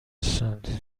سندیت